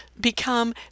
become